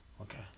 Okay